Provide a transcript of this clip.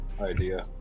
idea